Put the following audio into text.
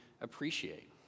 appreciate